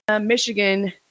Michigan